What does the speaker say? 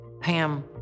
Pam